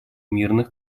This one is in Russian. мирных